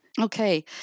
Okay